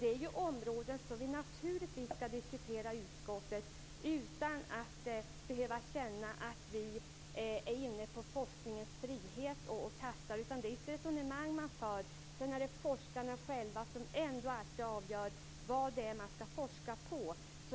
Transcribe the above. Det är ett område som vi naturligtvis ska diskutera i utskottet utan att behöva känna att vi är inne och tassar på forskningens område och begränsar dess frihet. Det är ett resonemang man för. Det är ändå alltid forskarna själva som avgör vad de ska forska på.